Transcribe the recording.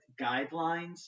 guidelines